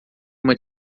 uma